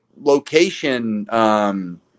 location –